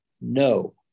No